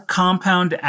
compound